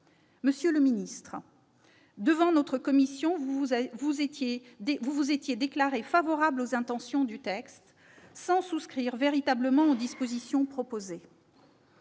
compromis. Devant notre commission, vous vous étiez déclaré favorable aux intentions du texte, sans souscrire véritablement aux dispositions proposées.